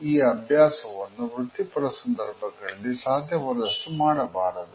ಈ ಅಭ್ಯಾಸವನ್ನು ವೃತ್ತಿಪರ ಸಂದರ್ಭಗಳಲ್ಲಿ ಸಾಧ್ಯವಾದಷ್ಟು ಮಾಡಬಾರದು